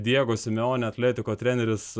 diego simeonė atletiko treneris